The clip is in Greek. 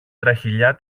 τραχηλιά